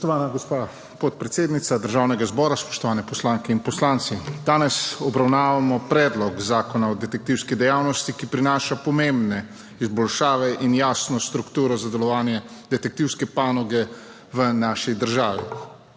Spoštovana gospa podpredsednica Državnega zbora, spoštovane poslanke in poslanci! Danes obravnavamo Predlog zakona o detektivski dejavnosti, ki prinaša pomembne izboljšave in jasno strukturo za delovanje detektivske panoge v naši državi.